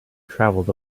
traveled